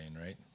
right